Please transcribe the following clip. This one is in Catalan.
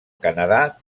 canadà